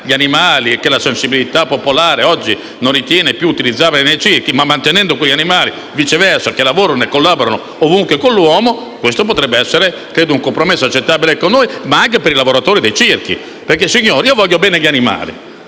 gli animali che la sensibilità popolare oggi non ritiene più utilizzabili nei circhi, ma mantenendo quegli animali che lavorano e collaborano ovunque con l'uomo, questo potrebbe essere un compromesso accettabile per noi, ma anche per i lavoratori dei circhi. Signori, io voglio bene agli animali,